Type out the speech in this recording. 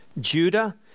Judah